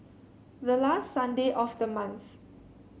the last Sunday of the month